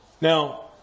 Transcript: Now